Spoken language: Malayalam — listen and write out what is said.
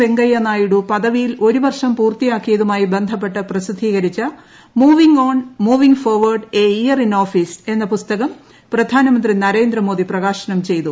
വെങ്കയ്യനായിഡു പദവിയിൽ ഒരുവർഷം പൂർത്തിയാക്കിയതുമായി ബന്ധപ്പെട്ട് പ്രസിദ്ധീകരിച്ച moving on moving forward a year in office എന്ന പുസ്തകം പ്രധാനമന്ത്രി നരേന്ദ്രമോദി പ്രകാശനം ചെയ്തു